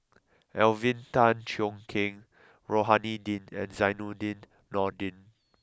Alvin Tan Cheong Kheng Rohani Din and Zainudin Nordin